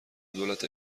دولت